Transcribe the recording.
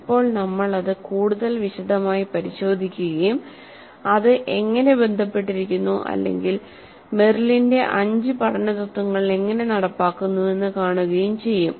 ഇപ്പോൾ നമ്മൾ അത് കൂടുതൽ വിശദമായി പരിശോധിക്കുകയും അത് എങ്ങനെ ബന്ധപ്പെട്ടിരിക്കുന്നു അല്ലെങ്കിൽ മെറിലിന്റെ അഞ്ച് പഠന തത്ത്വങ്ങൾ എങ്ങനെ നടപ്പാക്കുന്നുവെന്ന് കാണുകയും ചെയ്യും